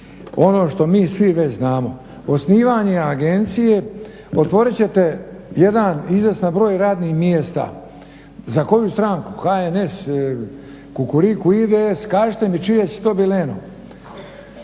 ono što mi svi već znamo osnivanjem agencije otvorit ćete jedan izvjestan broj radnih mjesta. Za koju stranku? HNS, Kukuriku, IDS. Kažite mi čije će to bit